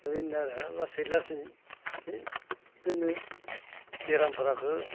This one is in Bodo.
बिदिनो आरो लासै लासै बेबायदिनो बेरामफोराखौ